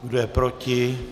Kdo je proti?